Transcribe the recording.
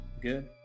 Good